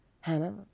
Hannah